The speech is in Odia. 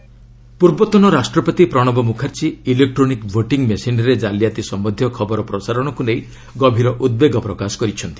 ପ୍ରଣବ ଇସିଆଇ ପୂର୍ବତନ ରାଷ୍ଟ୍ରପତି ପ୍ରଣବ ମୁଖାର୍ଜୀ ଇଲେକ୍ରୋନିକ୍ ଭୋଟିଂ ମେସିନ୍ରେ ଜାଲିଆତି ସମ୍ବନ୍ଧିୟ ଖବର ପ୍ରସାରଣକୁ ନେଇ ଗଭୀର ଉଦ୍ବେଗ ପ୍ରକାଶ କରିଛନ୍ତି